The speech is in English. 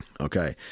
Okay